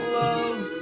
love